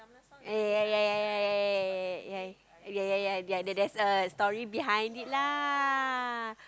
ya ya ya ya ya ya ya ya ya there there's a story behind it lah